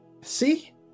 see